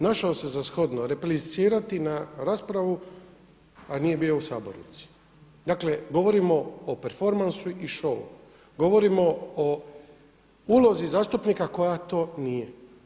Našao se za shodno replicirati na raspravu, a nije bio u sabornici, dakle govorimo o performansu i šou, govorimo o ulozi zastupnika koja to nije.